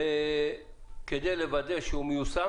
כדי לוודא שהוא מיושם